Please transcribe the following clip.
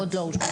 עוד לא אושרו.